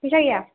फैसा गैया